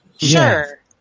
Sure